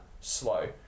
slow